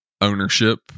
ownership